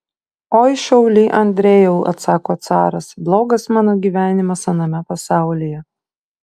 oi šauly andrejau atsako caras blogas mano gyvenimas aname pasaulyje